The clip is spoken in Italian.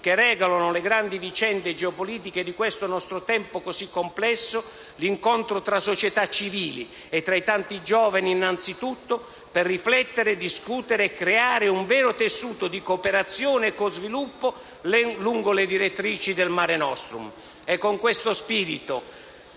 che regolano le grandi vicende geopolitiche di questo nostro tempo così complesso, l'incontro tra società civili e tra i tanti giovani, innanzitutto per riflettere, discutere e creare un vero tessuto di cooperazione e co-sviluppo lungo le direttrici del Mare nostrum. È con questo spirito